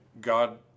God